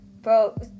bro